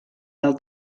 del